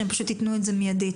שהם פשוט ייתנו את זה מיד,